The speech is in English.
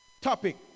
topic